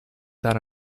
that